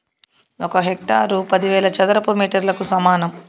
ఒక హెక్టారు పదివేల చదరపు మీటర్లకు సమానం